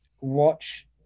watch